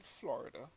Florida